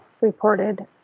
reported